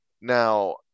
Now